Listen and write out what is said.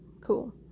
cool